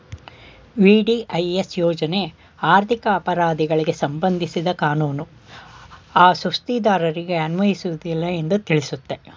VDIS ಯೋಜ್ನ ಆರ್ಥಿಕ ಅಪರಾಧಿಗಳಿಗೆ ಸಂಬಂಧಿಸಿದ ಕಾನೂನು ಆ ಸುಸ್ತಿದಾರರಿಗೆ ಅನ್ವಯಿಸುವುದಿಲ್ಲ ಎಂದು ತಿಳಿಸುತ್ತೆ